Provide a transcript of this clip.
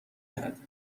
کرد